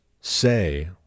say